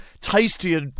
tastier